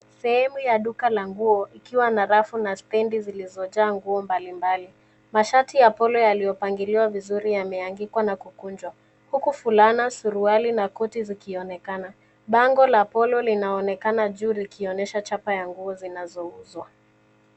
Seemu ya duka la nguo, ilikwa na rafu na stendi zilizojaa nguo mbalimbali. Mashati ya polo yaliyopangiliwa vizuri yameangikwa na kukunjwa. Huku fulana suruali na koti zikionekana. Bango la polo linaonekana juu likionesha chapa la nguo zinazouzwa.